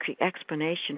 explanation